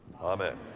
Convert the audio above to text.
Amen